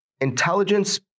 intelligence